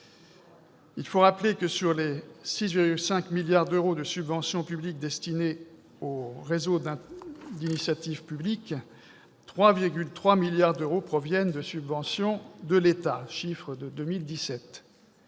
Il faut rappeler que, sur les 6,5 milliards d'euros de subventions publiques destinées aux réseaux d'initiative publique, 3,3 milliards d'euros proviennent de subventions de l'État, selon les chiffres de 2017.